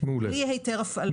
בלי היתר הפעלה.